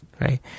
right